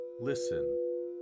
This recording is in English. listen